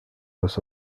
los